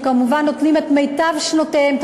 שכמובן נותנים את מיטב שנותיהם,